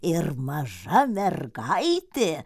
ir maža mergaitė